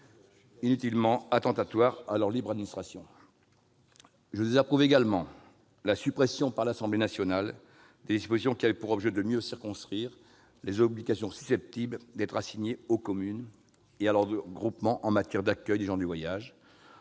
inutilement attentatoire à leur libre administration. Je désapprouve également la suppression par l'Assemblée nationale des dispositions qui avaient pour objet de mieux circonscrire les obligations susceptibles d'être assignées aux communes et à leurs groupements en matière d'accueil des gens du voyage,